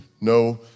no